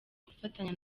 gufatanya